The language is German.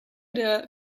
der